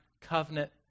covenant